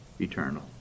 eternal